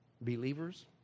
believers